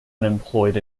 unemployed